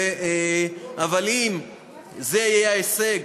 אבל אם זה יהיה ההישג,